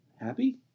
happy